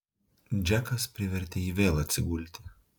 džekas privertė jį vėl atsigulti